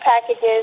packages